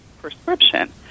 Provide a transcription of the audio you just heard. prescription